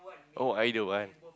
oh either one